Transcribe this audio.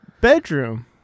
bedroom